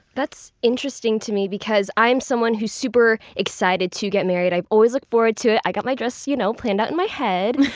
that's interesting to me because i'm someone who's super excited to get married. i've always looked forward to it. i've got my dress you know planned out in my head.